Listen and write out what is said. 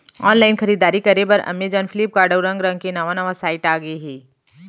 online खरीददारी करे बर अमेजॉन, फ्लिपकार्ट, अउ रंग रंग के नवा नवा साइट आगे हे